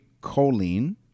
choline